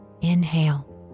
inhale